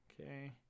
Okay